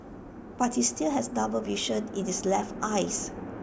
but he still has double vision in his left eye